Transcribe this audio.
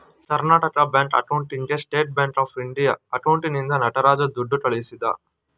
Karnataka Bank ಅಕೌಂಟ್ಗೆ State Bank of India ಅಕೌಂಟ್ನಿಂದ ನಟರಾಜ ದುಡ್ಡು ಕಳಿಸಿದ